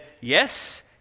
yes